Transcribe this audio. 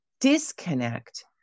disconnect